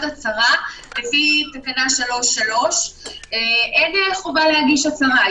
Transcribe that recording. הצהרה לפי תקנה 3(3). אין חובה להגיש הצהרה,